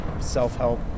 self-help